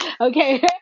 Okay